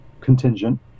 contingent